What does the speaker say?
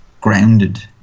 grounded